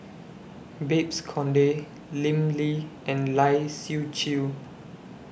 Babes Conde Lim Lee and Lai Siu Chiu